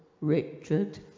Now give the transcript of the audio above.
Richard